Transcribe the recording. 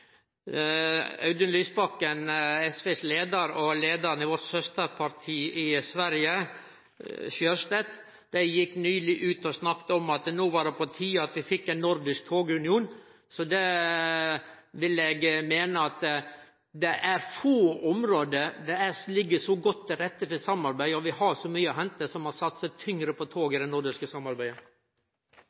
Lysbakken, SVs leiar, og leiaren i vårt søsterparti i Sverige, Sjöstedt, nyleg gjekk ut og snakka om at no var det på tide å få ein nordisk togunion. Eg vil meine at det er få område der det ligg så godt til rette for samarbeid, og vi har så mykje å hente, så vi må satse tyngre på tog i det nordiske samarbeidet.